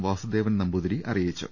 വാസുദേ വൻ നമ്പൂതിരി അറിയിച്ചു